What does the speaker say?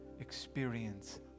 experience